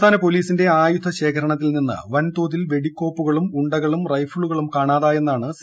സംസ്ഥാന പോലീസിന്റെ ആയുധ ശേഖരണത്തിൽ നിന്ന് വൻതോതിൽ വെടിക്കോപ്പുകളും ഉണ്ടകളും റൈഫിളുകളും കാണാതായെന്നാണ് സി